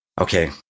okay